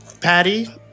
Patty